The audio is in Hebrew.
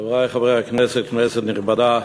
חברי חברי הכנסת, כנסת נכבדה,